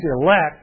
elect